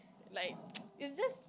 like it's just